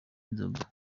inzoga